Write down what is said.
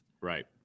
Right